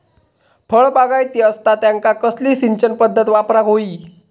फळबागायती असता त्यांका कसली सिंचन पदधत वापराक होई?